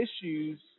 issues